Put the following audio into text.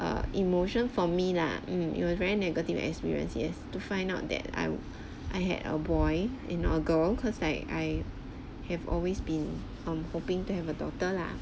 err emotion for me lah mm it was very negative experience yes to find out that I I had a boy not a girl cause I I have always been um hoping to have a daughter lah